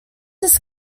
his